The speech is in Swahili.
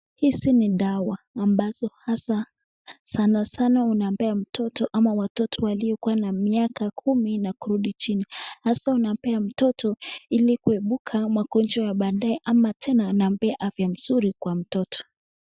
Hizi ni dawa ambazo hasa sana sanaa unapea mtoto ama watoto waliokua na miaka kumi na kurudi chini. Hasa unapea mtoto ili kuepuka magonjwa ya baadae ama tena inampea afya nzuri kwa mtoto.